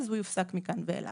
הוא יופסק מכאן ואילך.